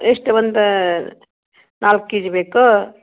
ಎಷ್ಟು ಒಂದು ನಾಲ್ಕು ಕೆ ಜಿ ಬೇಕೋ